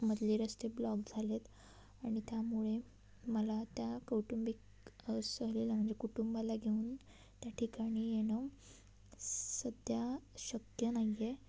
मधले रस्ते ब्लॉक झाले आहेत आणि त्यामुळे मला त्या कौटुंबिक सहलीला म्हणजे कुटुंबाला घेऊन त्या ठिकाणी येणं सध्या शक्य नाही आहे